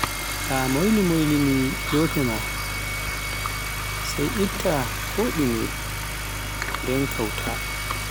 ta moyli moyli ni lope maa, sai itta ko ɗume nden kauta.